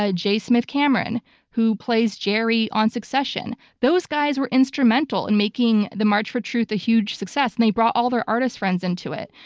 ah jay smith cameron who plays jerry on succession. those guys were instrumental in making the march for truth a huge success and they brought all their artist friends into it.